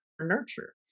nurture